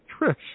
Trish